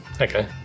Okay